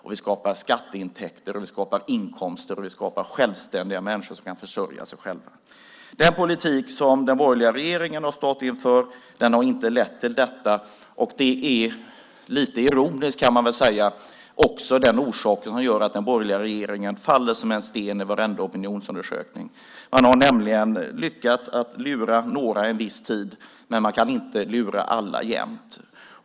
Det skapar skatteintäkter. Det skapar inkomster. Det skapar självständiga människor som kan försörja sig själva. Den politik som den borgerliga regeringen stått för har inte lett till detta. Lite ironiskt kan man väl säga att det är orsaken till att den borgerliga regeringen faller som en sten i varenda opinionsundersökning. Man har lyckats lura några under en viss tid, men man kan inte lura alla jämt.